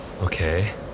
Okay